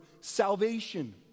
salvation